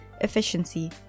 efficiency